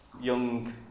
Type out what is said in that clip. young